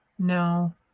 No